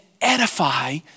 edify